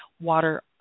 water